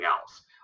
else